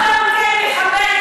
היא לא יכולה אפילו להיות עניינית,